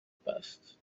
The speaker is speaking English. past